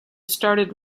started